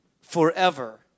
forever